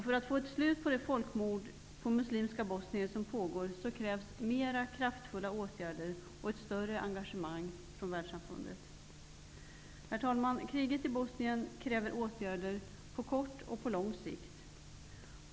För att få ett slut på det folkmord på muslimska bosnier som pågår krävs flera kraftfulla åtgärder och ett större engagemang från världssamfundet. Herr talman! Kriget i Bosnien kräver åtgärder på kort och på lång sikt.